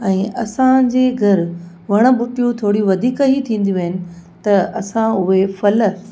ऐं असांजे घरु वण ॿूटियूं थोरी वधीक ई थींदियूं आहिनि त असां उहे फल